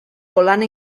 volant